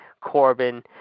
Corbin